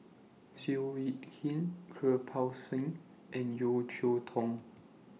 Seow Yit Kin Kirpal Singh and Yeo Cheow Tong